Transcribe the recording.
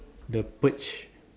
the purge